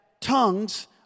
tongues